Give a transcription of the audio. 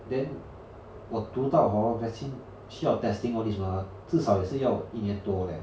then 我读到 hor vaccine 需要 testing all this mah 至少也是要一年多 leh